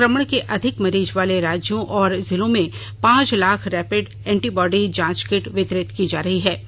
संक्रमण के अधिक मरीज वाले राज्यों और जिलों में पांच लाख रैपिड एंटीबॉडी जांच किट वितरित की जा रही हैं